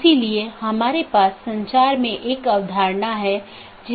2 update message routing जानकारी को BGP साथियों के बीच आदान प्रदान करता है